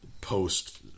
post